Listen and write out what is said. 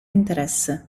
interesse